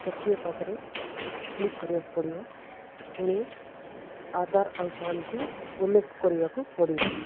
ସକ୍ରିୟ ପାଖରେ କ୍ଲିକ୍ କରିବାକୁ ପଡ଼ିବ ପୁଣି ଆଧାର ଆଉ ପ୍ୟାନ୍କୁ ଉଲ୍ଲେଖ କରିବାକୁ ପଡ଼ିବ